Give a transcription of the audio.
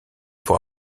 pour